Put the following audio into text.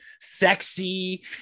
sexy